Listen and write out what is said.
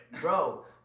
Bro